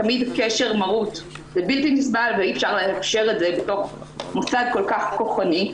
קשר מרות הוא בלתי נסבל ואי אפשר לאשר את זה בתוך מוסד כל כך כוחני.